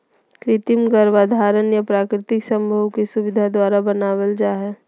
कृत्रिम गर्भाधान या प्राकृतिक संभोग की सुविधा द्वारा बनाबल जा हइ